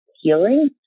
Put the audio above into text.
healing